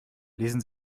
lesen